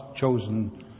chosen